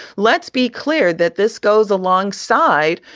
let's be clear that this goes along side,